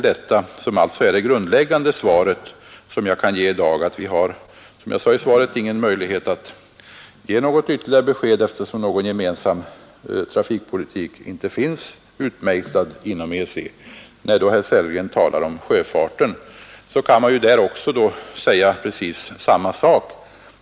Det grundläggande svar som jag kan ge i dag är alltså att vi inte har någon möjlighet att ge ytterligare besked, eftersom någon gemensam trafikpolitik inte finns utmejslad inom EEC. När herr Sellgren talar om sjöfarten kan jag säga precis samma sak.